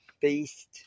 Feast